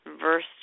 verse